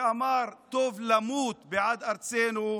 שאמר "טוב למות בעד ארצנו".